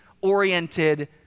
oriented